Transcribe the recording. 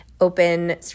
open